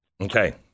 Okay